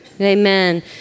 Amen